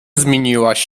zmieniłaś